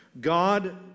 God